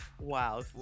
Wow